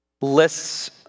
lists